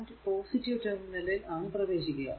current positive ടെർമിനലിൽ ആണ് പ്രവേശിക്കുക